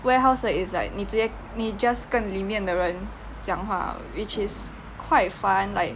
warehouse is like 你直接你 just 跟里面的人讲话 which is quite fun like